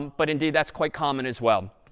but indeed, that's quite common as well.